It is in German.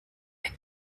ein